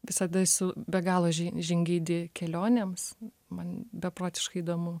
visada esu be galo ži žingeidi kelionėms man beprotiškai įdomu